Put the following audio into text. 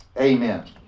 Amen